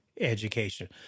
education